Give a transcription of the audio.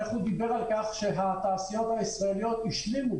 איך הוא דיבר על כך שהתעשיות הישראליות השלימו